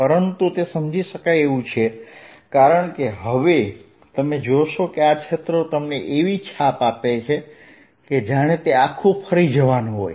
પરંતુ તે સમજી શકાય એવું છે કારણ કે હવે તમે જોશો કે આ ક્ષેત્ર તમને એવી છાપ આપે છે કે જાણે તે આખું ફરી જવાનું હોય